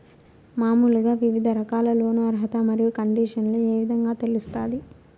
మామూలుగా వివిధ రకాల లోను అర్హత మరియు కండిషన్లు ఏ విధంగా తెలుస్తాది?